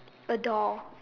a door